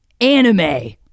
anime